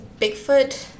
Bigfoot